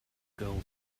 girl